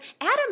adam